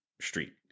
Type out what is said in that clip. Street